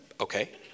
Okay